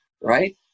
right